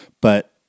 But-